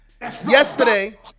Yesterday